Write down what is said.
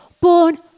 born